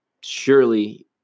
surely